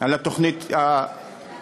על התוכנית המתגבשת,